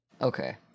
okay